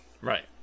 Right